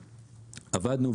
עבדנו,